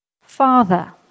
father